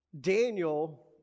Daniel